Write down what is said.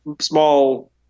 small